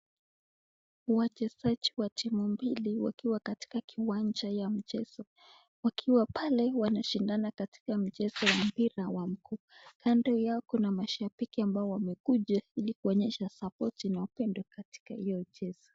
Wachezaji wa timu mbili wakiwa katika kiwanja ya mchezo. Wakiwa pale wanashindana katika mchezo wa mpira ya miguu. Kando yao kuna mashabiki ambao wamekuja ili kuonyesha sapoti na wapendo katika hiyo mchezo.